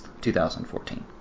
2014